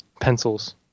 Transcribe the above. Pencils